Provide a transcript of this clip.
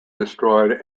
destroyed